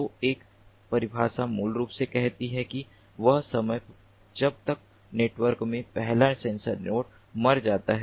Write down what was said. तो एक परिभाषा मूल रूप से कहती है कि वह समय जब तक नेटवर्क में पहला सेंसर नोड मर जाता है